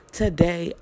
today